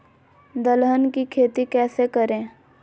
दलहन की खेती कैसे करें?